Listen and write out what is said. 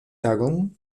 tagon